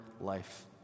life